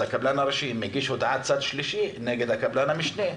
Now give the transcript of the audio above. והקבלן הראשי מגיש הודעת צד שלישי נגד קבלן המשנה,